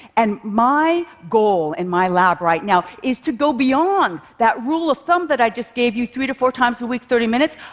and my goal in my lab right now is to go beyond that rule of thumb that i just gave you three to four times a week, thirty minutes.